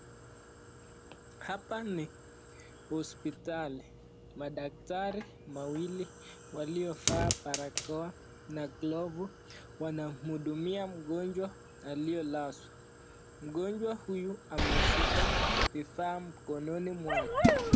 Hapa ni hospitali, madaktari mawili waliovaa barakoa na glovu wanamhudumia mgonjwa aliyelazwa. Mgonjwa huyu ameshika vifaa mkononi mwake.